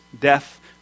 death